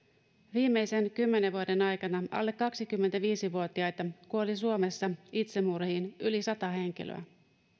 viimeisen kymmenen vuoden aikana alle kaksikymmentäviisi vuotiaita kuoli suomessa itsemurhiin yli sata henkilöä